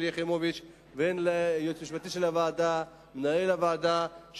יחימוביץ והן ליועץ המשפטי של הוועדה ולמנהל הוועדה,